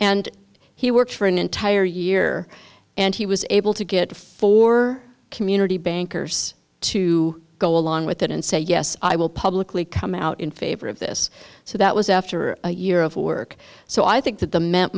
and he works for an entire year and he was able to get four community bankers to go along with that and say yes i will publicly come out in favor of this so that was after a year of work so i think that the m